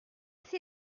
cassé